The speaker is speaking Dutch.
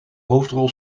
hoofdrol